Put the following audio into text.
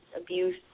abuse